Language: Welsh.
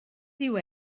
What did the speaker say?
dyw